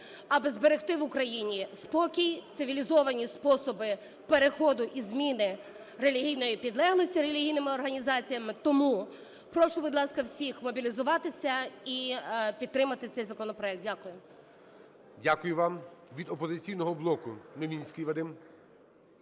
аби зберегти в Україні спокій, цивілізовані способи переходу і зміни релігійної підлеглості релігійними організаціями. Тому, прошу, будь ласка, всіх мобілізуватися і підтримати цей законопроект. Дякую. ГОЛОВУЮЧИЙ. Дякую вам. Від "Опозиційного блоку" Новинський Вадим.